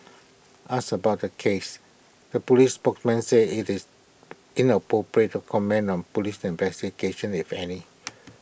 asked about the case A Police spokesman said IT is inappropriate to comment on Police investigations if any